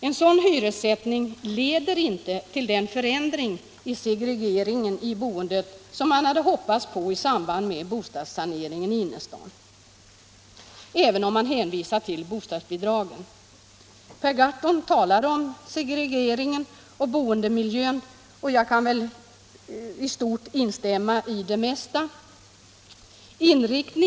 En sådan hyressättning leder inte till den förändring i segregeringen i boendet som man hade hoppats på i samband med bostadssaneringen i innerstaden, även om man räknar med bostadsbidragen. Per Gahrton talade om segregeringen och boendemiljön, och jag kan i stort instämma i det mesta som han sade om detta.